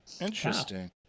Interesting